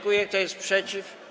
Kto jest przeciw?